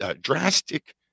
drastic